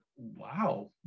Wow